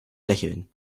lächeln